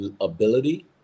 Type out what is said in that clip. ability